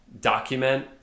document